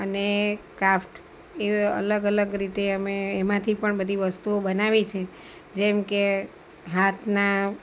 અને ક્રાફ્ટ એવ અલગ અલગ રીતે અમે એમાંથી પણ બધી વસ્તુઓ બનાવી છે જેમકે હાથના